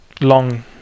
long